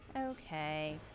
Okay